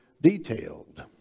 detailed